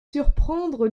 surprendre